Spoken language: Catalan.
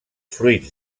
fruits